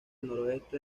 noroeste